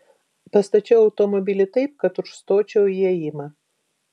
pastačiau automobilį taip kad užstočiau įėjimą